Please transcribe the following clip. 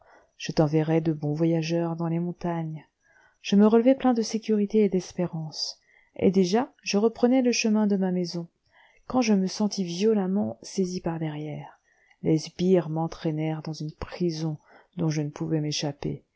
je t'enverrai de bons voyageurs dans les montagnes je me relevai plein de sécurité et d'espérance et déjà je reprenais le chemin de ma maison quand je me sentis violemment saisi par derrière les sbires m'entraînèrent dans une prison dont je ne pouvais m'échapper